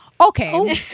Okay